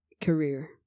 career